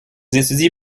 étudiez